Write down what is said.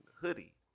Hoodie